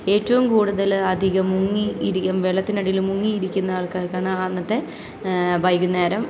ഏറ്റവും കൂടുതൽ അധികം മുങ്ങി ഇരിക്കും വെള്ളത്തിനടിയിൽ മുങ്ങി ഇരിക്കുന്ന ആൾക്കാർക്കാണ് അന്നത്തെ വൈകുന്നേരം